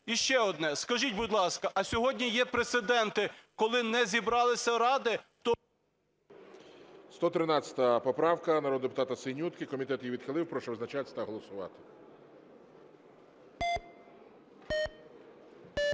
І ще одне. Скажіть, будь ласка, а сьогодні є прецеденти, коли не зібралися ради… ГОЛОВУЮЧИЙ. 113 поправка народного депутата Синютки, комітет її відхилив. Прошу визначатися та голосувати.